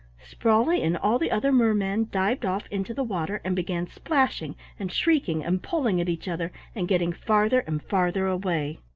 sprawley and all the other mermen dived off into the water and began splashing and shrieking and pulling at each other and getting farther and farther away.